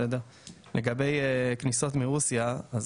לגבי כניסות מרוסיה,